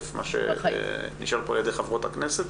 מה שנשאל פה על ידי חברות הכנסת.